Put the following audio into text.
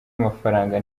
amafaranga